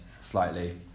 slightly